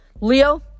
Leo